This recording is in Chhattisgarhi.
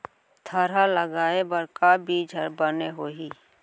थरहा लगाए बर का बीज हा बने होही?